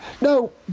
no